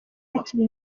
hakiri